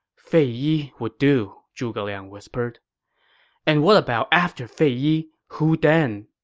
fei yi would do, zhuge liang whispered and what about after fei yi? who then?